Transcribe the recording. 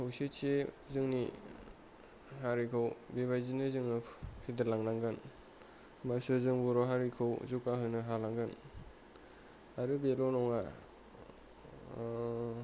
खौसेथि जोंनि हारिखौ बेबायदिनो जोङो फेदेरलांनांगोन होनबासो जों बर' हारिखौ जौगाहोनो हालांगोन आरो बेल' नङा